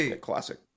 Classic